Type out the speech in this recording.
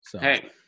hey